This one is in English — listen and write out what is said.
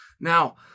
Now